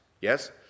Yes